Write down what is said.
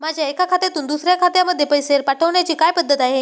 माझ्या एका खात्यातून दुसऱ्या खात्यामध्ये पैसे पाठवण्याची काय पद्धत आहे?